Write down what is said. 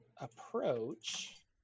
approach